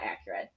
accurate